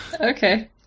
okay